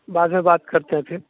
बाद में बात करते हैं फिर